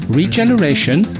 Regeneration